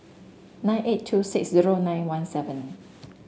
nine eight two six zero nine one seven